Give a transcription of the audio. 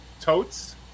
totes